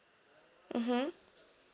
mmhmm